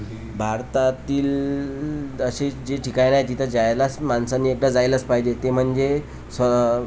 भारतातील अशी जी ठिकाणं आहे जिथं जायलाच माणसाने एकदा जायलाच पाहिजे ते म्हणजे स्